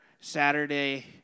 Saturday